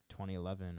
2011